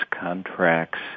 contracts